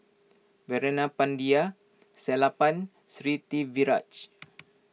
Veerapandiya Sellapan